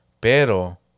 Pero